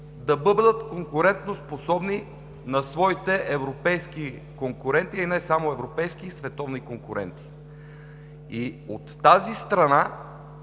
да бъдат конкурентоспособни на своите европейски конкуренти, и не само европейски, а и световни конкуренти. От тази страна